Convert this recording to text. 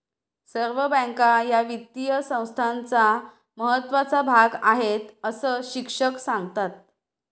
सर्व बँका या वित्तीय संस्थांचा महत्त्वाचा भाग आहेत, अस शिक्षक सांगतात